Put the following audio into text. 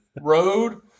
road